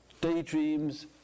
daydreams